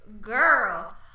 Girl